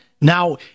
Now